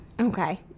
Okay